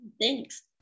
Thanks